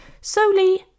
solely